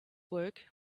work